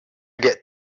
get